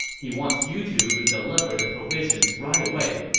he wants you two to deliver the provisions right away.